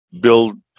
build